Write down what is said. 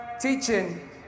teaching